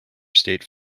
state